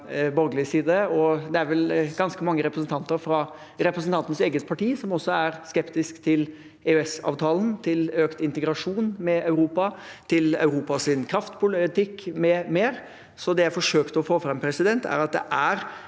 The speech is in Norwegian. forsøkte å få fram. Det er vel ganske mange representanter fra representantens eget parti som også er skeptiske til EØS-avtalen, til økt integrasjon med Europa, til Europas kraftpolitikk m.m. Det jeg forsøkte å få fram, er at det er